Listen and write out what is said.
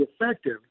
effective